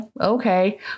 Okay